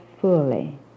fully